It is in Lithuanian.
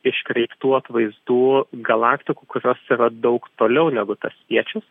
iškreiptų atvaizdų galaktikų kurios yra daug toliau negu tas spiečius